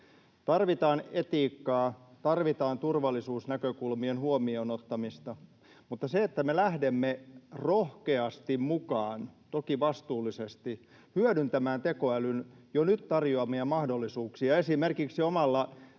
Tarvitaan etiikkaa, tarvitaan turvallisuusnäkökulmien huomioon ottamista, mutta se, että me lähdemme rohkeasti mukaan, toki vastuullisesti, hyödyntämään tekoälyn jo nyt tarjoamia mahdollisuuksia — esimerkiksi omalla